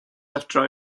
after